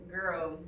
girl